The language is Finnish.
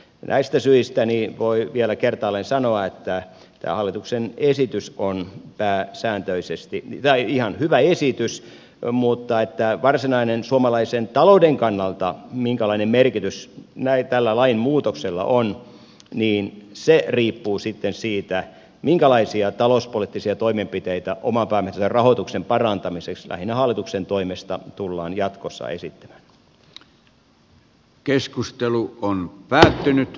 näistä syistä voin vielä kertaalleen sanoa että tämä hallituksen esitys on ihan hyvä esitys mutta se minkälainen merkitys varsinaisesti suomalaisen talouden kannalta tällä lainmuutoksella on riippuu sitten siitä minkälaisia talouspoliittisia toimenpiteitä oman pääoman ehtoisen rahoituksen parantamiseksi lähinnä hallituksen toimesta tullaan jatkossa esittämään